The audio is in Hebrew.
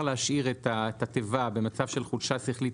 להשאיר את התיבה במצב של "חולשה שכלית,